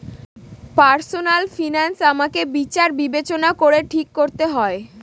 personal finance আমাকে বিচার বিবেচনা করে ঠিক করতে হয়